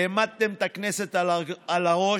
העמדתם את הכנסת על הראש,